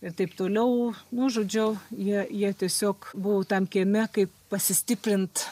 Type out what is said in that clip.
ir taip toliau nu žodžiu jie jie tiesiog buvo tam kieme kaip pasistiprint